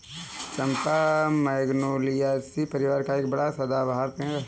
चंपा magnoliaceae परिवार का एक बड़ा सदाबहार पेड़ है